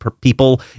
people